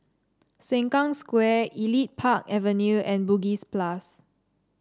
Sengkang Square Elite Park Avenue and Bugis Plus